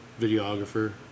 videographer